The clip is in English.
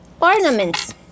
ornaments